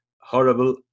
Horrible